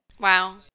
Wow